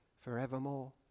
forevermore